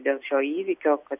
dėl šio įvykio kad